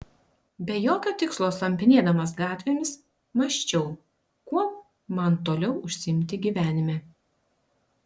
be jokio tikslo slampinėdamas gatvėmis mąsčiau kuom man toliau užsiimti gyvenime